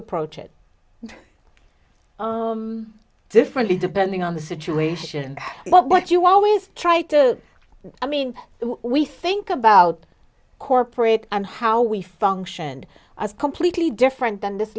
approach it differently depending on the situation but what you always try to i mean we think about corporate and how we function as completely different than this